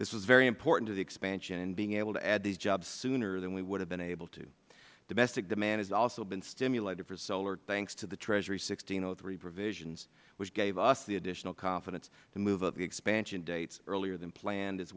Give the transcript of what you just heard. this was very important to the expansion and being able to add these jobs sooner than we would have been able to domestic demand has also been stimulated for solar thanks to the treasury's one thousand six hundred and three provisions which gave us the additional confidence to move up the expansion dates earlier than planned as